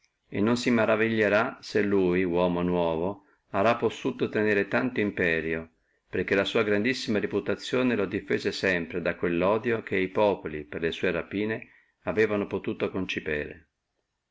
e non si maraviglierà se lui uomo nuovo arà possuto tenere tanto imperio perché la sua grandissima reputazione lo difese sempre da quello odio che populi per le sue rapine avevano potuto